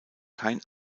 kein